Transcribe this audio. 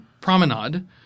promenade